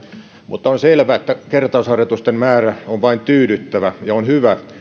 mutta on selvä että kertausharjoitusten määrä on vain tyydyttävä ja on hyvä